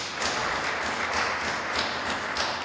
Hvala,